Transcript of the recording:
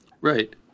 Right